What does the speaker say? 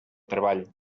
treball